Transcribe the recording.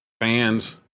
fans